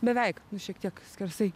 beveik nu šiek tiek skersai